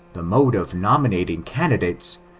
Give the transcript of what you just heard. the mode of nomina ting candidates,